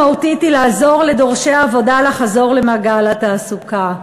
הסמכות המהותית היא לעזור לדורשי העבודה לחזור למעגל התעסוקה.